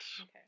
okay